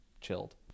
chilled